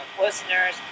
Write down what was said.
listeners